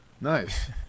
Nice